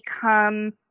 become